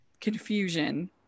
confusion